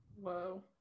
Whoa